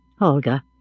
Olga